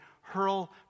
hurl